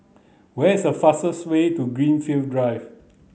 where is a fastest way to Greenfield Drive